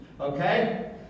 Okay